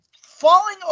falling